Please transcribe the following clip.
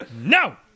No